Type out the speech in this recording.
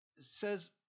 says